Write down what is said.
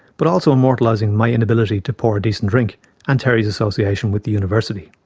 but also immortalising my inability to pour a decent drink and terry's association with the university.